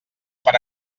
per